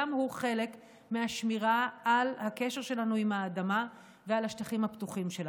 חלק מהשמירה על הקשר שלנו עם האדמה ועל השטחים הפתוחים שלנו.